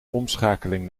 omschakeling